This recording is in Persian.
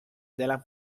دلم